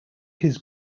his